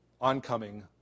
oncoming